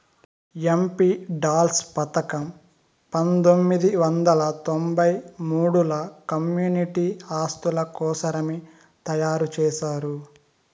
MPLADS పథకం పంతొమ్మిది వందల తొంబై మూడుల కమ్యూనిటీ ఆస్తుల కోసరమే తయారు చేశారు